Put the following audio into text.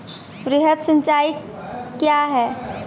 वृहद सिंचाई कया हैं?